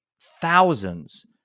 thousands